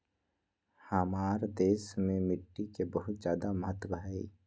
हमार देश में मिट्टी के बहुत जायदा महत्व हइ